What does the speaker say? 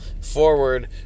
forward